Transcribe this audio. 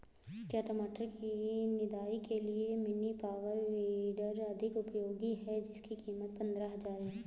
क्या टमाटर की निदाई के लिए मिनी पावर वीडर अधिक उपयोगी है जिसकी कीमत पंद्रह हजार है?